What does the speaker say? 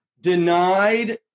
denied